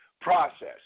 process